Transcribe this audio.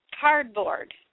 cardboard